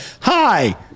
Hi